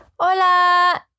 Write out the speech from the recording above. Hola